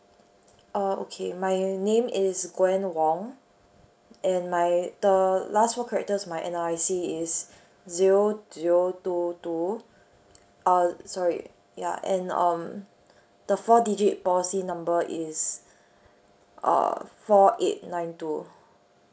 uh okay my name is gwen wong and my the last four characters of my N_R_I_C is zero zero two two uh sorry ya and um the four digit policy number is uh four eight nine two